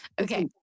Okay